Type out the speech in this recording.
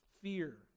fear